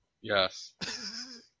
Yes